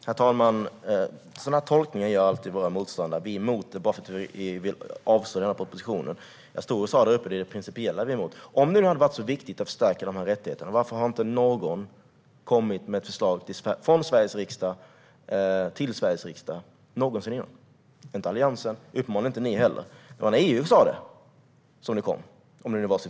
Herr talman! Sådana här tolkningar gör alltid våra motståndare, att vi är emot det bara för att vi vill avslå propositionen. Jag sa att det är det principiella vi är emot. Om det var så viktigt att förstärka dessa rättigheter, varför har inte någon i Sveriges riksdag någonsin lagt fram ett sådant förslag? Det har inte Alliansen och uppenbarligen inte ni heller. Det var när EU sa det som det kom.